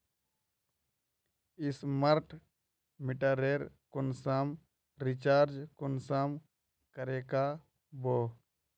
Smart मीटरेर कुंसम recharge कुंसम करे का बो?